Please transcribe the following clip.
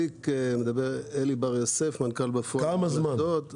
מדבר אלי בר יוסף, מנכ"ל בפועל של נמל אשדוד.